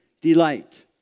Delight